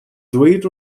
ddweud